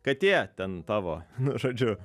katė ten tavo nu žodžiu